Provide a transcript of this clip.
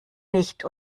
nicht